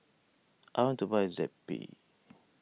I want to buy Zappy